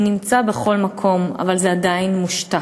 הוא נמצא בכל מקום, ועדיין הוא מושתק.